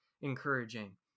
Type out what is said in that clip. encouraging